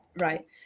Right